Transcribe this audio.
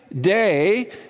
day